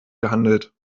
gehandelt